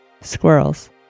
squirrels